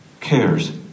cares